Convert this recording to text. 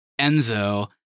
Enzo